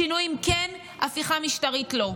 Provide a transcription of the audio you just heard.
שינויים כן, הפיכה משטרית לא.